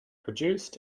produced